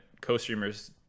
co-streamers